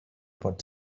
pot